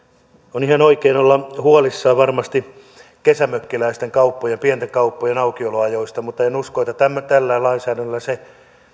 on ihan oikein olla huolissaan varmasti kesämökkiläisten kauppojen pienten kauppojen aukioloajoista mutta en usko että tällä lainsäädännöllä se